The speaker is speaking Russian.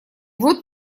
вот